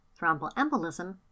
thromboembolism